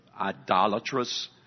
idolatrous